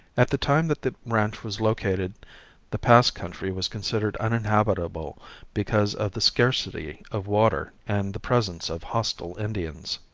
at the time that the ranch was located the pass country was considered uninhabitable because of the scarcity of water and the presence of hostile indians.